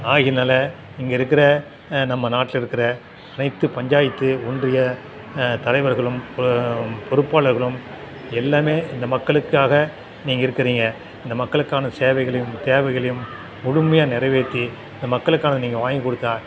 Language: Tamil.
ஆகையனால இங்கே இருக்கிற நம்ம நாட்டில் இருக்கிற அனைத்து பஞ்சாயத்து ஒன்றிய தலைவர்களும் பொறுப்பாளர்களும் எல்லாமே இந்த மக்களுக்காக நீங்கள் இருக்கிறீங்க இந்த மக்களுக்கான சேவைகளையும் தேவைகளையும் முழுமையாக நிறைவேற்றி இந்த மக்களுக்கானதை நீங்கள் வாங்கிக் கொடுத்தா